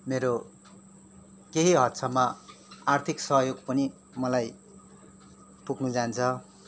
मेरो केही हदसम्म आर्थिक सहयोग पनि मलाई पुग्न जान्छ